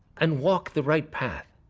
and walk the right path.